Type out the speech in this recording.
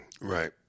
Right